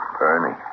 Ernie